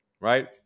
right